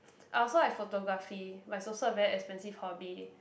I also like photography but it's also a very expensive hobby